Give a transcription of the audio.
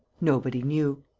nobody knew.